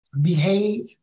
behave